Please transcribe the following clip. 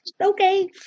okay